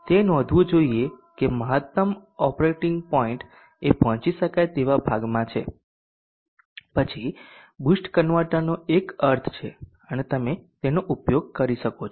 તે નોંધવું જોઈએ કે મહત્તમ ઓપરેટિંગ પોઇન્ટએ પહોંચી શકાય તેવા ભાગમાં છે પછી બૂસ્ટ કન્વર્ટરનો એક અર્થ છે અને તમે તેનો ઉપયોગ કરી શકો છો